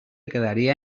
quedaría